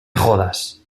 jodas